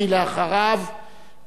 ואם לא יהיה נוכח,